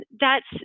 thats